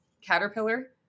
caterpillar